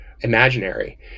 imaginary